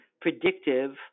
predictive